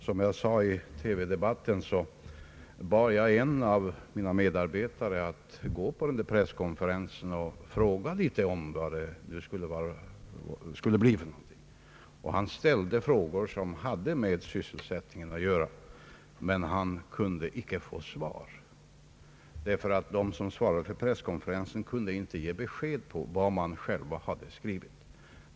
Som jag sade i TV-debatten omedelbart före valet bad jag en av mina medarbetare att gå till den där presskonferensen och fråga litet om saken. Han ställde frågor som hade med sysselsättningen att göra men kunde icke få svar, därför att de som stod för presskonferensen inte kunde ge besked om vad man själv hade skrivit.